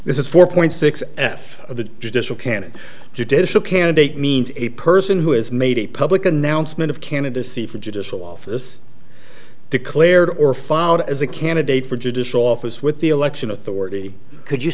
this is four point six f the judicial canon judicial candidate means a person who has made a public announcement of canada c for judicial office declared or filed as a candidate for judicial office with the election authority could you